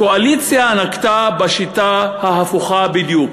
הקואליציה נקטה שיטה הפוכה בדיוק.